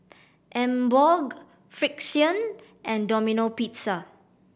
Emborg Frixion and Domino Pizza